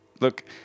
look